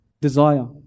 desire